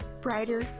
brighter